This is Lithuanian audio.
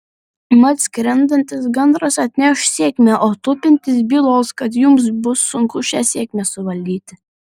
mat skrendantis gandras atneš sėkmę o tupintis bylos kad jums bus sunku šią sėkmę suvaldyti